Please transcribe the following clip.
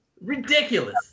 Ridiculous